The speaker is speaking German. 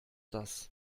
das